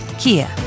Kia